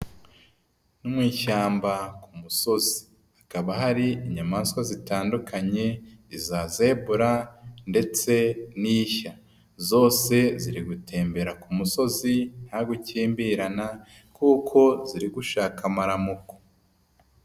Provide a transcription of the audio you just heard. Mu ishyamba ku musozi, hakaba hari inyamaswa zitandukanye, iza zebora ndetse n'ishya, zose ziri gutembera ku musozi nta gukimbirana kuko ziri gushaka amaramuko.